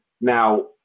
Now